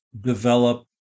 develop